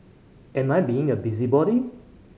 am I being a busybody